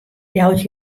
jout